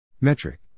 Metric